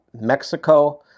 Mexico